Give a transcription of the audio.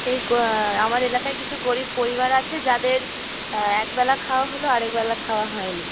সেই গো আমার এলাকায় কিছু গরীব পরিবার আছে যাদের এক বেলা খাওয়া হলো আরেক বেলা খাওয়া হয় না